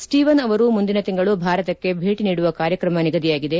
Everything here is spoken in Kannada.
ಸ್ತೀವನ್ ಅವರು ಮುಂದಿನ ತಿಂಗಳು ಭಾರತಕ್ಕೆ ಭೇಟ ನೀಡುವ ಕಾರ್ಯಕ್ರಮ ನಿಗದಿಯಾಗಿದೆ